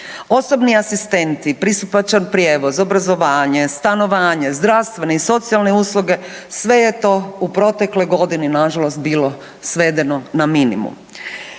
Osobni asistenti, pristupačan prijevoz, obrazovanje, stanovanje, zdravstvene i socijalne usluge sve je to u protekloj godini nažalost bilo svedeno na minimum.